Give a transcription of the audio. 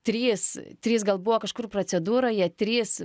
trys trys gal buvo kažkur procedūroje trys